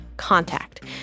Contact